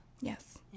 Yes